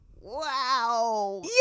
Wow